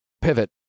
Pivot